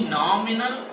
nominal